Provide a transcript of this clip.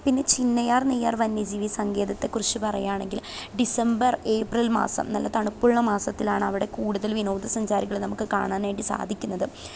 പിന്നെ ചിന്നയാർ നെയ്യാർ വന്യജീവി സങ്കേതത്തെക്കുറിച്ച് പറയാണെങ്കിൽ ഡിസമ്പർ ഏപ്രിൽ മാസം നല്ല തണുപ്പുള്ള മാസത്തിലാണവിടെ കൂടുതൽ വിനോദസഞ്ചാരികളെ നമുക്ക് കാണാനായിട്ട് സാധിക്കുന്നത്